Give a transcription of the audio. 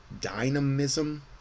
dynamism